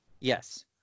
Yes